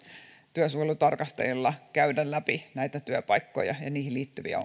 työsuojelutarkastajilla käydä läpi näitä työpaikkoja ja niihin liittyviä